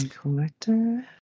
collector